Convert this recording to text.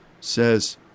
says